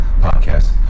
podcast